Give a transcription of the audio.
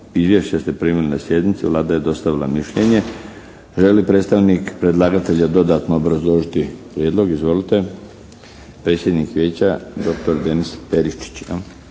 Izvješće ste primili na sjednici. Vlada je dostavila mišljenje. Želi predstavnik predlagatelja dodatno obrazložiti prijedlog? Izvolite. Predsjednik Vijeća, doktor Denis Peričić.